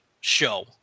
show